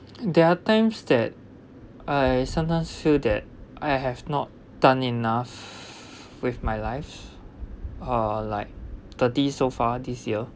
there are times that I sometimes feel that I have not done enough with my life uh like thirty so far this year